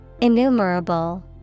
Innumerable